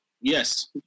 Yes